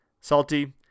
salty